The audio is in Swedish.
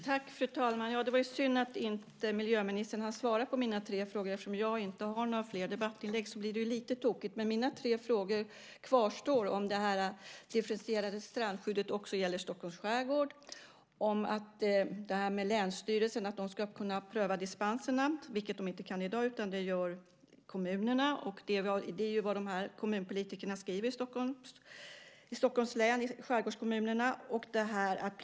Fru talman! Det var synd att miljöministern inte hann svara på mina tre frågor. Eftersom jag inte har några fler debattinlägg så blir det lite tokigt. Men mina tre frågor kvarstår. Den första gäller ifall det differentierade strandskyddet också gäller Stockholms skärgård. Och ska länsstyrelsen kunna pröva dispenserna? De kan de inte i dag, utan det gör kommunerna. Det är vad kommunpolitikerna skriver i skärgårdskommunerna i Stockholms län.